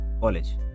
college